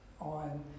on